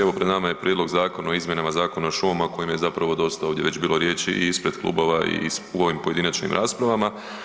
Evo pred nama je Prijedlog zakona o izmjenama Zakona o šumama o kojem je zapravo ovdje dosta bilo riječi i ispred klubova i u ovim pojedinačnim raspravama.